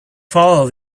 follow